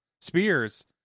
Spears